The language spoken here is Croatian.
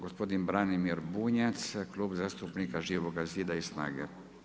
Gospodin Branimir Bunjac, Klub zastupnika Živoga zida i Snage.